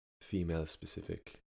female-specific